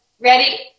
ready